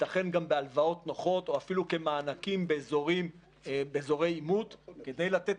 ייתכן גם בהלוואות נוחות או אפילו כמענקים באזורי עימות כדי לתת